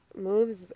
moves